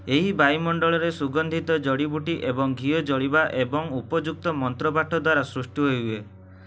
ଏହି ବାୟୁମଣ୍ଡଳରେ ସୁଗନ୍ଧିତ ଜଡ଼ିବୁଟି ଏବଂ ଘିଅ ଜଳିବା ଏବଂ ଉପଯୁକ୍ତ ମନ୍ତ୍ର ପାଠ ଦ୍ୱାରା ସୃଷ୍ଟି ହେଇ ହୁଏ